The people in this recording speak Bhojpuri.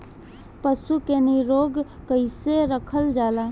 पशु के निरोग कईसे रखल जाला?